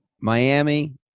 Miami